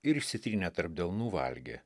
ir išsitrynę tarp delnų valgė